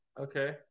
okay